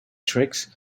tricks